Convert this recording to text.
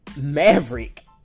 Maverick